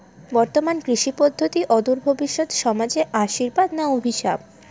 বর্তমান কৃষি পদ্ধতি অদূর ভবিষ্যতে সমাজে আশীর্বাদ না অভিশাপ?